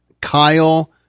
Kyle